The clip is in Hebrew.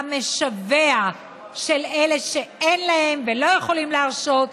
המשווע בין אלה שאין להם ולא יכולים להרשות לעצמם,